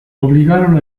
obligaron